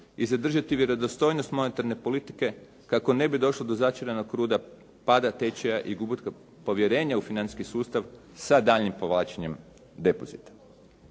i zadržati vjerodostojnost monetarne politike kako ne bi došlo do začaranog kruga pada tečaja i gubitka povjerenja u financijski sustav sa daljnjim povlačenjem depozita.